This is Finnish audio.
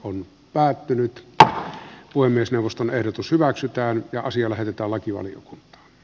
oli päätynyt paha voi myös neuvoston ehdotus hyväksytään ja asia laiteta lakivaliokunta